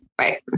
Right